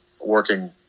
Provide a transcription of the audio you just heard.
working